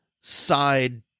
side